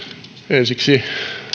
ensiksi